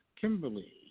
Kimberly